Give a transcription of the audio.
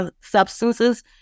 substances